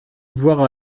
voir